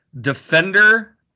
defender